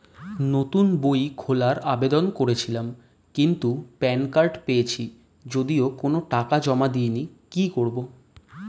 নতুন বই খোলার আবেদন করেছিলাম কিন্তু প্যান কার্ড পেয়েছি যদিও কোনো টাকা জমা দিইনি কি করব?